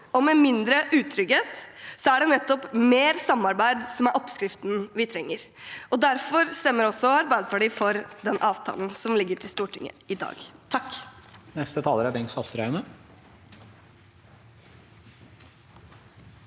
og mindre utrygghet, er det nettopp mer samarbeid som er oppskriften vi trenger. Derfor stemmer også Arbeiderpartiet for den avtalen som ligger til Stortinget i dag. Bengt